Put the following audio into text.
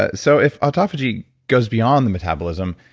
ah so if autophagy goes beyond the metabolism,